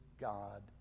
God